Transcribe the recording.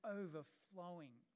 overflowing